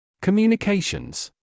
Communications